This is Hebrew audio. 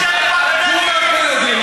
כולם פה יודעים,